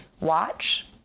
watch